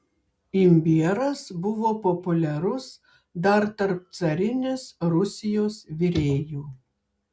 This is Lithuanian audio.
imbieras buvo populiarus dar tarp carinės rusijos virėjų